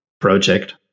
project